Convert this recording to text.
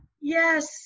Yes